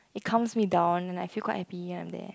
it calm me down and I feel quite happy and I am there